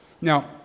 Now